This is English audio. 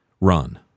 run